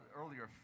earlier